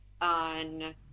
on